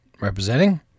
representing